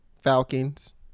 Falcons